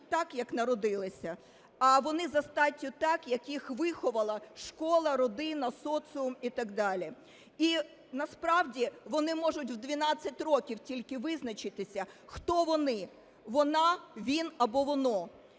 так, як народилися, а вони за статтю так, як їх виховала школа, родина, соціум і так далі. І насправді вони можуть у 12 років тільки визначитися, хто вони: вона, він або воно.